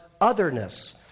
otherness